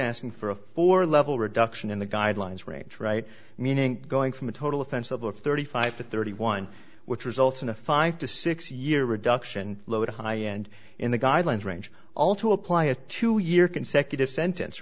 asking for a four level reduction in the guidelines range right meaning going from a total offense of a thirty five to thirty one which results in a five to six year reduction low to high end in the guidelines range all to apply a two year consecutive sentence